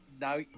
Now